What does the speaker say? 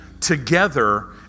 together